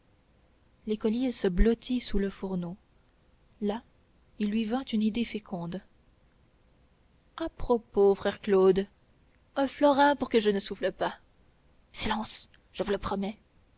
l'écolier se blottit sous le fourneau là il lui vint une idée féconde à propos frère claude un florin pour que je ne souffle pas silence je vous le promets